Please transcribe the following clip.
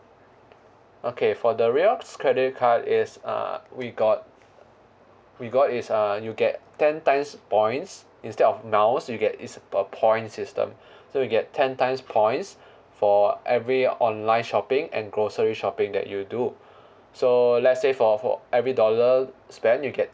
okay for the rewards credit card is uh we got we got is a you get ten times points instead of miles you get it's per points system so you get ten times points for every online shopping and grocery shopping that you do so let's say for for every dollar spent you get